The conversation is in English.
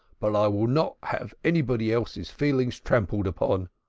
but i will not have anybody else's feelings trampled upon.